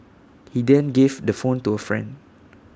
he then gave the phone to A friend